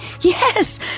yes